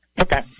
Okay